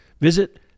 Visit